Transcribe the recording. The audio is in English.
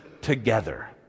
together